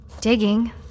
Digging